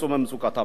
תודה רבה.